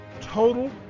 total